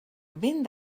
vent